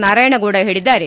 ನಾರಾಯಣಗೌಡ ಹೇಳಿದ್ದಾರೆ